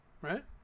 right